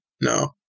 no